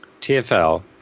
tfl